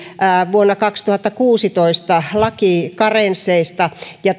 vuonna kaksituhattakuusitoista laki karensseista ja